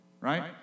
right